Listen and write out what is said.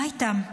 מה איתם?